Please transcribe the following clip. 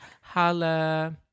Holla